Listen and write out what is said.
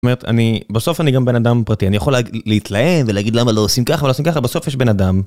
אני בסוף אני גם בן אדם פרטי אני יכול להתלהם ולהגיד למה לא עושים ככה בסוף יש בן אדם.